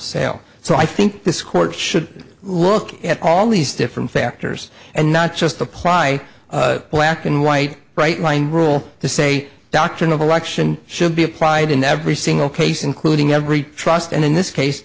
sale so i think this court should look at all these different factors and not just apply black and white bright line rule to say doctrine of election should be applied in every single case including every trust and in this case